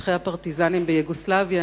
בשטחי הפרטיזנים ביוגוסלביה,